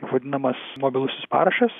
vadinamas mobilusis parašas